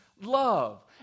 love